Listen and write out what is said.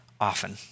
often